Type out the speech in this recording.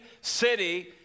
city